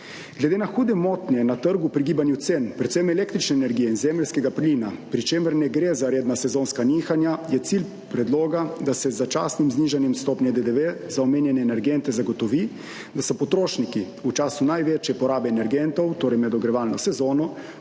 Glede na hude motnje na trgu pri gibanju cen predvsem električne energije in zemeljskega plina, pri čemer ne gre za redna sezonska nihanja, je cilj predloga, da se z začasnim znižanjem stopnje DDV za omenjene energente zagotovi, da so potrošniki v času največje porabe energentov, torej med ogrevalno sezono,